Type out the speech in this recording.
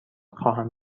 خواهم